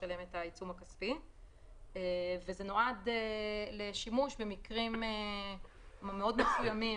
זה נועד לשימוש במקרים מאוד מסוימים.